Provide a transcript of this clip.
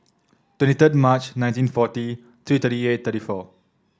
twenty third March nineteen forty three three eight three four